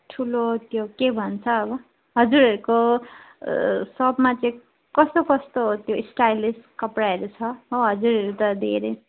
ठुलो त्यो के भन्छ अब हजुरहरूको सपमा चाहिँ कस्तो कस्तो त्यो स्टाइलिस कपडाहरू छ हजुरहरू त धेरै